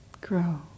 grow